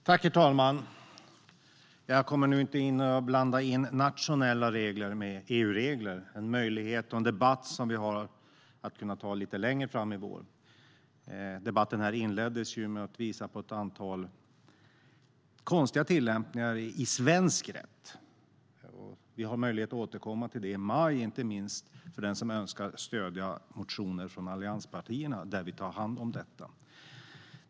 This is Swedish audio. Herr talman! Jag kommer inte att hinna blanda in nationella regler och EU-regler. Det är en möjlighet och en debatt vi kommer att kunna ta lite längre fram i vår. Debatten här inleddes ju med att visa på ett antal konstiga tillämpningar i svensk rätt. Vi har möjlighet att återkomma till det i maj, inte minst för den som önskar stödja de motioner från allianspartierna där vi tar hand om detta.